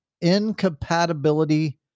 incompatibility